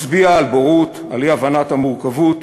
מצביעים על בורות, על אי-הבנת המורכבות